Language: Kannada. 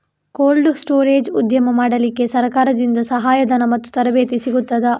ಕೋಲ್ಡ್ ಸ್ಟೋರೇಜ್ ಉದ್ಯಮ ಮಾಡಲಿಕ್ಕೆ ಸರಕಾರದಿಂದ ಸಹಾಯ ಧನ ಮತ್ತು ತರಬೇತಿ ಸಿಗುತ್ತದಾ?